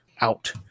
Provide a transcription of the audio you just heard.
out